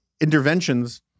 interventions